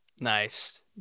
nice